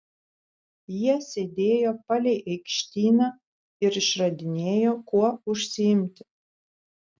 jie sėdėjo palei aikštyną ir išradinėjo kuo užsiimti